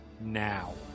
now